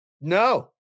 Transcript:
No